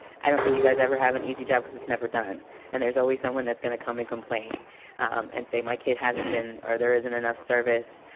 i don't think you guys ever have an easy job cause it's never done and there's always someone that's gonna come and complain and say, my kid hasn't been, or there isn't enough service.